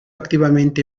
activamente